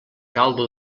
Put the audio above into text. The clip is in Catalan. caldo